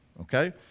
okay